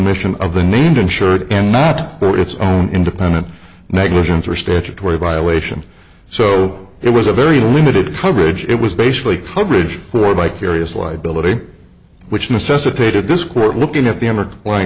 omission of the named insured and not for its own independent negligence or statutory violation so it was a very limited coverage it was basically coverage for vicarious liability which necessitated this court looking at the